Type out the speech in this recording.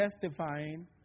testifying